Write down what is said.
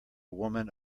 woman